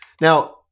Now